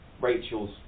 Rachel's